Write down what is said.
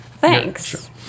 Thanks